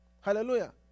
Hallelujah